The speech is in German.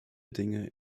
dinge